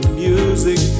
music